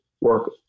Work